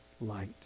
light